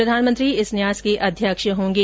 प्रधानमंत्री इस न्यास के अध्यक्ष होंगे